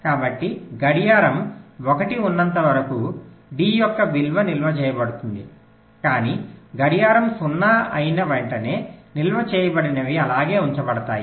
కాబట్టి గడియారం 1 ఉన్నంత వరకు D యొక్క విలువ నిల్వ చేయబడుతుంది కానీ గడియారం 0 అయిన వెంటనే నిల్వ చేయబడినవి అలాగే ఉంచబడతాయి